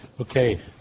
Okay